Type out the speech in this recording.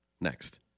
Next